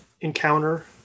encounter